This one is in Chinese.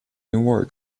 尼泊尔